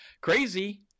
Crazy